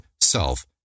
self